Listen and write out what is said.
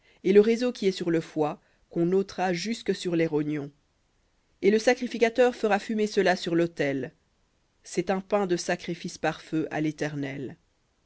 et le réseau qui est sur le foie qu'on ôtera jusque sur les rognons et le sacrificateur fera fumer cela sur l'autel un pain de sacrifice par feu à l'éternel